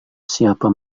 siapa